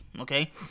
okay